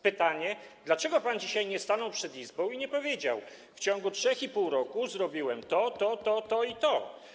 Pytanie, dlaczego pan dzisiaj nie stanął przed Izbą i nie powiedział: w ciągu 3,5 roku zrobiłem to, to, to i to.